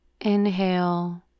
inhale